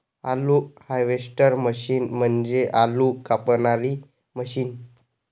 आलू harvester machine म्हणजे आलू कापणारी मशीन